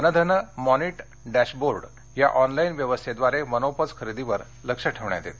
one Dhan monitor dashboard या online व्यवस्थेद्वारे वनोपज खरेदीवर लक्ष ठेवण्यात येते